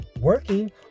working